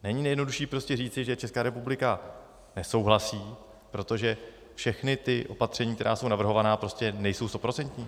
Není nejjednodušší prostě říci, že Česká republika nesouhlasí, protože všechna opatření, která jsou navrhovaná, nejsou stoprocentní?